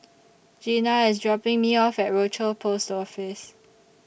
Gena IS dropping Me off At Rochor Post Office